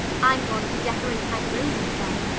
i'm going to decorate my room with them.